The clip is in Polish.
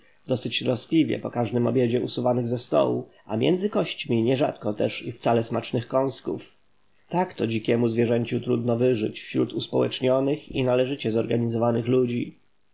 dosyć troskliwie po każdym obiedzie usuwanych ze stołu a między kośćmi nierzadko też i wcale smacznych kąsków tak to dzikiemu zwierzęciu trudno wyżyć wśród uspołecznionych i należycie zorganizowanych ludzi